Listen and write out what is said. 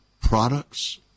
products